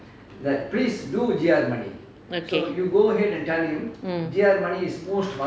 okay